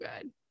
good